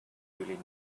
really